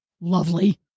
lovely